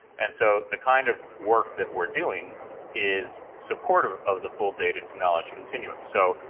and so the kind of work that we're doing is support um of the full data to knowledge continuum. so,